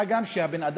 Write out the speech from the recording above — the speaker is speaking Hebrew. מה גם שהבן-אדם,